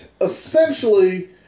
Essentially